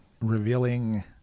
revealing